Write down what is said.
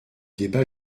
débat